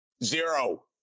zero